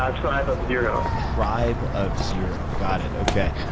ah tribe of zero. tribe of zero. got it. okay.